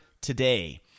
today